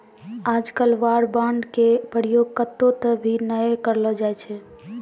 आजकल war bond के प्रयोग कत्तौ त भी नय करलो जाय छै